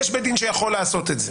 יש בית דין שיכול לעשות את זה.